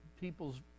people's